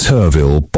Turville